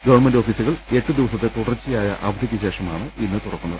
government ഓഫീസുകൾ എട്ട് ദിവസത്തെ തുടർച്ചയായ അവധിക്കു ശേഷമാണ് ഇന്ന് തുറക്കുന്നത്